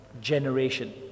generation